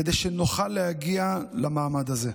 כדי שנוכל להגיע למעמד הזה.